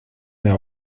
mehr